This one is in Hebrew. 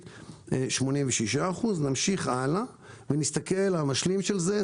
86%. נמשיך הלאה ונסתכל על המשלים של זה,